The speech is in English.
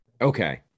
okay